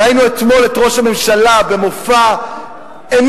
ראינו אתמול את ראש הממשלה במופע אימים,